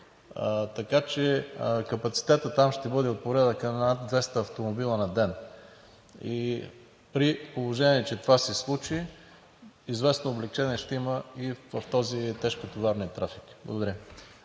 така че капацитетът там ще бъде от порядъка на 200 автомобила на ден. При положение че това се случи, известно облекчение ще има и в този тежкотоварен трафик. Благодаря.